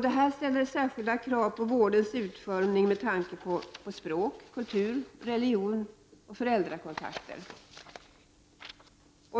Detta ställer speciella krav på vårdens utformning med tanke på språk, kultur, religion och föräldrakontakter.